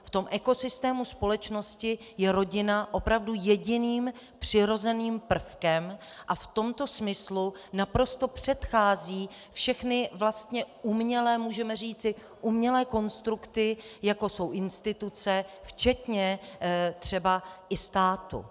V tom ekosystému společnosti je rodina opravdu jediným přirozeným prvkem a v tomto smyslu naprosto předchází všechny vlastně umělé konstrukty, jako jsou instituce včetně třeba i státu.